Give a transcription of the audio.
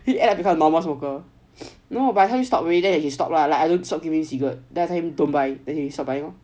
end up become normal smoker no I help him stop already then he stop lah like I don't stop giving cigarettes then tell him don't buy then he not buying lor